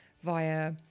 via